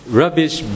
rubbish